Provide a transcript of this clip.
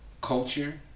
culture